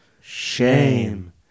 Shame